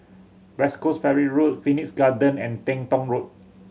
West Coast Ferry Road Phoenix Garden and Teng Tong Road